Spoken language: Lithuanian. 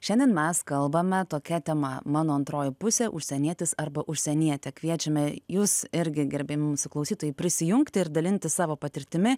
šiandien mes kalbame tokia tema mano antroji pusė užsienietis arba užsienietė kviečiame jus irgi gerbiami mūsų klausytojai prisijungti ir dalintis savo patirtimi